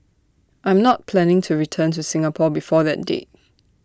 I'm not planning to return to Singapore before that date